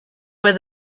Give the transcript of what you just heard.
where